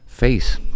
face